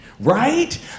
right